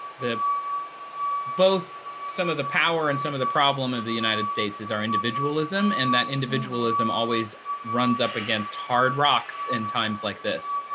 both some of the power and some of the problem of the united states is our individualism. and that individualism always runs up against hard rocks in times like this.